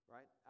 Right